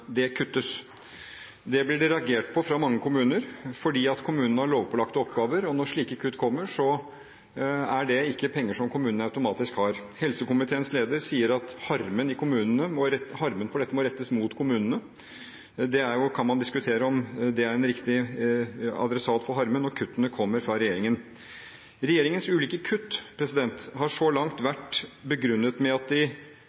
kuttes. Det blir det reagert på fra mange kommuner fordi kommunene har lovpålagte oppgaver, og når slike kutt kommer, er ikke det penger som kommunene automatisk har. Helsekomiteens leder sier at harmen over dette må rettes mot kommunene. Man kan diskutere om kommunene er riktig adressat for harmen når kuttene kommer fra regjeringen. Regjeringens ulike kutt har så langt vært begrunnet med at de